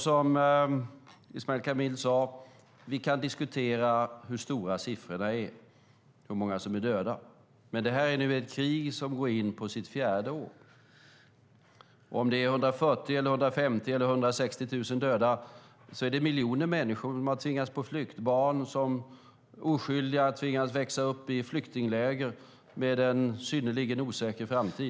Som Ismail Kamil sade kan vi diskutera hur stora siffrorna är och hur många som är döda. Men detta är nu ett krig som går in på sitt fjärde år. Om det är 140 000, 150 000 eller 160 000 döda är det miljoner människor som har tvingats på flykt. Det är barn som oskyldiga tvingas växa upp i flyktingläger med en synnerligen osäker framtid.